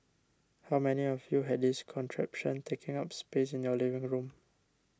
how many of you had this contraption taking up space in your living room